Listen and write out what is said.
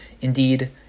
Indeed